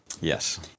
Yes